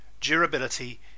Durability